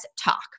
talk